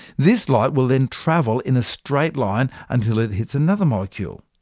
this light will then travel in a straight line until it hits another molecule,